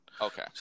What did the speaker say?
Okay